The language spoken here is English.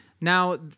now